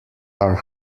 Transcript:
are